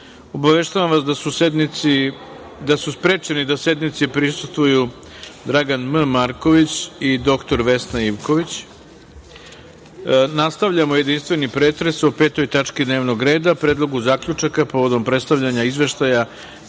obaveštenja. Obaveštavam vas da su sprečeni da sednici prisustvuju Dragan M. Marković i doktor Vesna Ivković. Nastavljamo jedinstveni pretres o 5. tački dnevnog reda – Predlogu zaključaka povodom predstavljanja Izveštaja